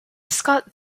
scott